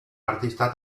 artista